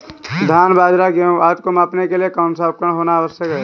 धान बाजरा गेहूँ आदि को मापने के लिए कौन सा उपकरण होना आवश्यक है?